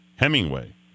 Hemingway